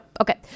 Okay